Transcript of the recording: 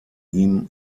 ihm